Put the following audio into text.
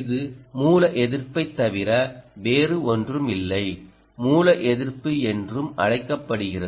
இது மூல எதிர்ப்பைத் தவிர வேறொன்றுமில்லை மூல எதிர்ப்பு என்றும் அழைக்கப்படுகிறது